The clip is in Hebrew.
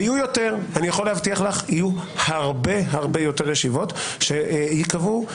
ויהיו הרבה יותר ישיבות שייקבעו.